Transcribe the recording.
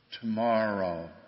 tomorrow